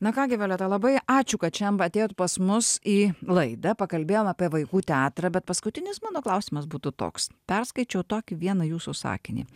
na ką gi violeta labai ačiū kad šian b atėjot pas mus į laidą pakalbėjom apie vaikų teatrą bet paskutinis mano klausimas būtų toks perskaičiau tokį vieną jūsų sakinį